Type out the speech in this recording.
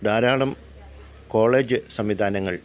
ധാരാളം കോളേജ് സംവിധാനങ്ങള്